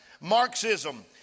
Marxism